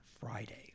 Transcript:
Friday